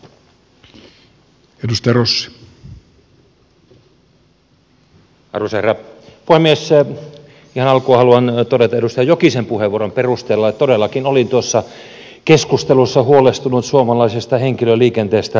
ihan alkuun haluan todeta edustaja jokisen puheenvuoron perusteella että todellakin olin tuossa keskustelussa huolestunut suomalaisesta henkilöliikenteestä rautatieliikenteestä